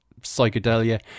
psychedelia